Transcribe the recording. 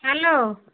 hello